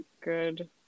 good